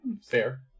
fair